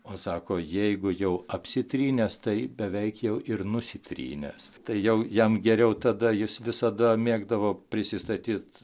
o sako jeigu jau apsitrynęs tai beveik jau ir nusitrynęs tai jau jam geriau tada jis visada mėgdavo prisistatyt